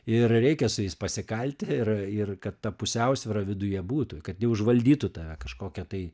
ir reikia su jais pasikalt ir ir kad ta pusiausvyra viduje būtų kad neužvaldytų tave kažkokia tai